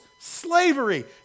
slavery